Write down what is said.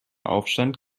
aufstand